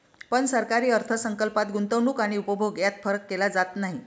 पण सरकारी अर्थ संकल्पात गुंतवणूक आणि उपभोग यात फरक केला जात नाही